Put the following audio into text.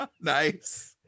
Nice